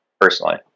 personally